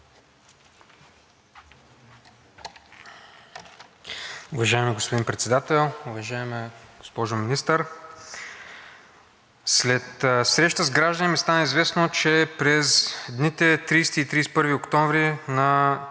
Уважаеми господин Председател! Уважаема госпожо Министър, след среща с граждани ми стана известно, че през дните 30 и 31 октомври на